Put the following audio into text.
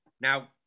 Now